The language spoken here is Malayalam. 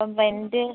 അപ്പോൾ റെൻറ്റ്